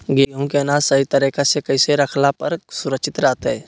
गेहूं के अनाज सही तरीका से कैसे रखला पर सुरक्षित रहतय?